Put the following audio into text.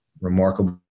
remarkable